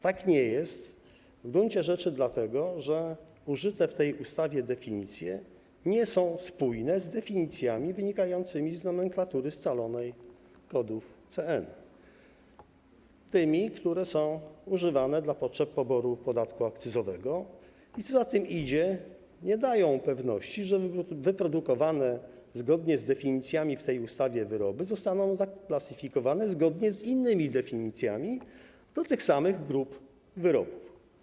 Tak nie jest w gruncie rzeczy dlatego, że użyte w tej ustawie definicje nie są spójne z definicjami wynikającymi z nomenklatury scalonej kodów CN, z tymi, które są używane dla potrzeb poboru podatku akcyzowego, a co za tym idzie - nie dają pewności, że wyprodukowane zgodnie z definicjami z tej ustawy wyroby zostaną zaklasyfikowane zgodnie z innymi definicjami do tych samych grup wyrobów.